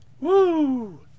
Woo